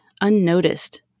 unnoticed